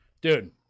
dude